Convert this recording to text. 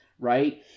right